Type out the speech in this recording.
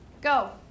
go